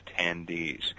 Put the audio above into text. attendees